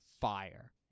fire